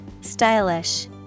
Stylish